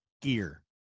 gear